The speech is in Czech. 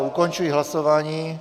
Ukončuji hlasování.